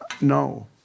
no